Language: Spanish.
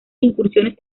incursiones